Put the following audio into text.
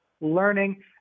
learning